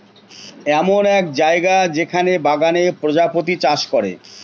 এমন এক জায়গা যেখানে বাগানে প্রজাপতি চাষ করে